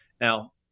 Now